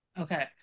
Okay